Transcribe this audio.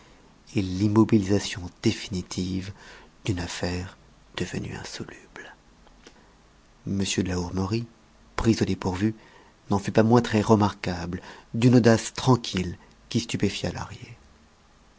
et l'immobilisation définitive d'une affaire devenue insoluble m de la hourmerie pris au dépourvu n'en fut pas moins très remarquable d'une audace tranquille qui stupéfia